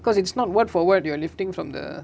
'cause it's not word for word you are lifting from the